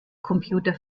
computer